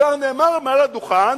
כבר נאמר מעל הדוכן